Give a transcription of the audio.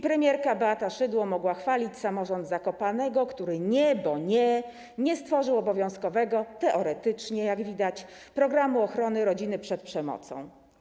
Premierka Beata Szydło mogła chwalić samorząd Zakopanego, który - nie, bo nie - nie stworzył obowiązkowego, teoretycznie, jak widać, programu ochrony rodziny przed przemocą.